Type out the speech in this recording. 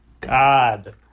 God